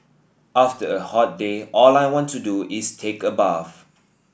after a hot day all I want to do is take a bath